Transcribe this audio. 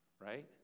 right